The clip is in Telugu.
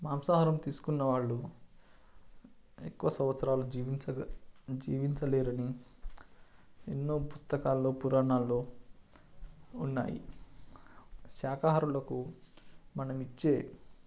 మాంసాహారం తీసుకున్న వాళ్ళు ఎక్కువ సంవత్సరాలు జీవించ జీవించలేరని ఎన్నో పుస్తకాలలో పురాణాల్లో ఉన్నాయి శాకాహారులకు మనం ఇచ్చే